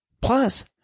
plus